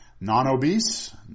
Non-obese